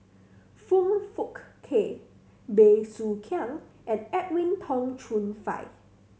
Foong Fook Kay Bey Soo Khiang and Edwin Tong Chun Fai